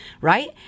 right